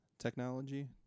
technology